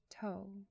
toe